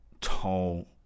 tall